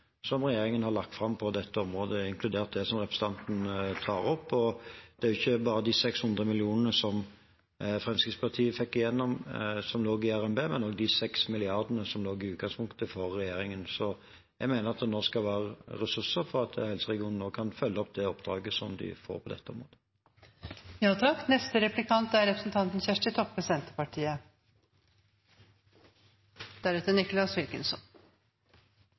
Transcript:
som regjeringen har lagt fram på dette området, inkludert det som representanten tar opp. Det er ikke bare de 600 mill. kr som Fremskrittspartiet fikk igjennom, som lå i RNB, men også de 6 mrd. kr som lå der i utgangspunktet fra regjeringen. Så jeg mener at det nå skal være ressurser for at helseregionene nå kan følge opp det oppdraget som de er forberedt på.